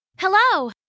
Hello